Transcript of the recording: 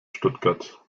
stuttgart